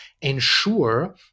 ensure